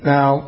Now